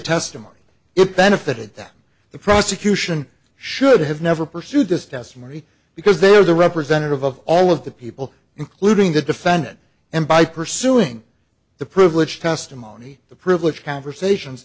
testimony it benefited that the prosecution should have never pursued this testimony because they are the representative of all of the people including the defendant and by pursuing the privileged testimony the privileged conversations